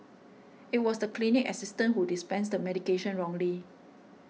it was the clinic assistant who dispensed the medication wrongly